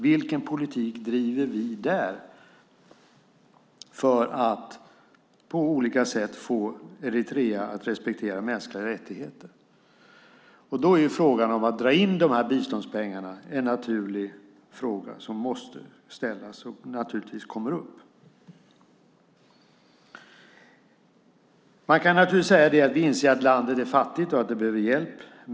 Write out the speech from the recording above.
Vilken politik driver vi där för att på olika sätt få Eritrea att respektera mänskliga rättigheter? Då är frågan om att dra in de här biståndspengarna en naturlig fråga som måste ställas och naturligtvis kommer upp. Vi kan naturligtvis säga att vi inser att landet är fattigt och behöver hjälp.